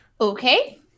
Okay